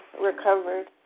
recovered